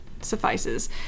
suffices